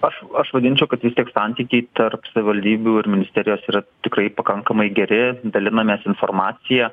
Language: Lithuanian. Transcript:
aš aš vadinčiau kad vis tiek santykiai tarp savivaldybių ir ministerijos yra tikrai pakankamai geri dalinamės informacija